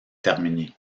terminée